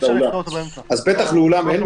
הוא לא שומע, אי אפשר לשאול אותו באמצע.